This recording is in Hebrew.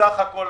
בסך הכול